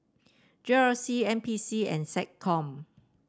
G R C N P C and SecCom